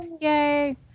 Yay